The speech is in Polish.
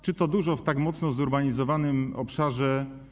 Czy to dużo w tak mocno zurbanizowanym obszarze?